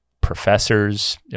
professors